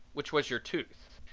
which was your tooth.